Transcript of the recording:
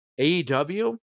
AEW